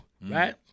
right